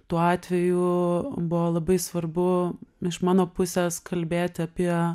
tuo atveju buvo labai svarbu iš mano pusės kalbėti apie